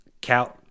count